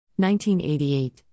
1988